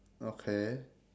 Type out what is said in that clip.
okay